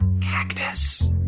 Cactus